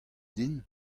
din